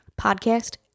podcast